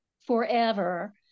forever